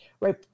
right